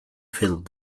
filled